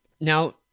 Now